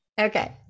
Okay